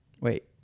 wait